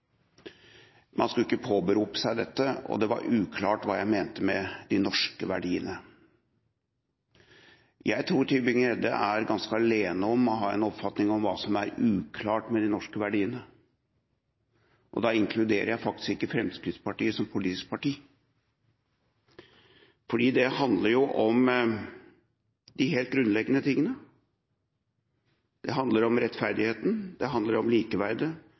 Man skulle ikke påberope seg dette, og det var uklart hva jeg mente med «de norske verdiene». Jeg tror Tybring-Gjedde er ganske alene om å ha en oppfatning om hva som er uklart med de norske verdiene, og da inkluderer jeg faktisk ikke Fremskrittspartiet som politisk parti, for dette handler om de helt grunnleggende tingene. Det handler om rettferdigheten, likeverdet,